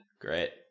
Great